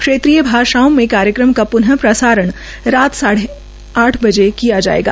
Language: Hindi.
श्रेत्रीय भाषाओं में कार्यक्रम का प्न प्रसारण रात आठ बजे किया जायेगा